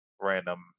random